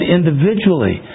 individually